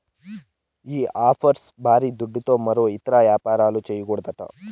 ఈ ఆఫ్షోర్ బారీ దుడ్డుతో మరో ఇతర యాపారాలు, చేయకూడదట